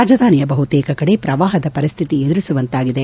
ರಾಜಧಾನಿಯ ಬಹುತೇಕ ಕಡೆ ಪ್ರವಾಹದ ಪರಿಸ್ಟಿತಿ ಎದುರಿಸುವಂತಾಗಿದೆ